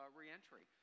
reentry